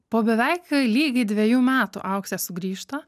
po beveik lygiai dviejų metų auksė sugrįžta